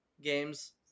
games